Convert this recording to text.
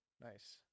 Nice